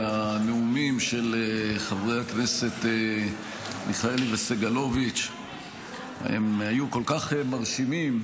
והנאומים של חברי הכנסת מיכאלי וסגלוביץ' היו כל כך מרשימים,